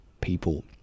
people